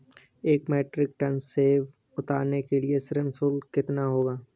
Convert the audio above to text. एक metric ton सेव उतारने का श्रम शुल्क कितना होगा?